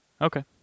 Okay